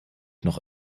noch